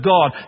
God